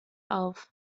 auf